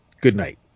goodnight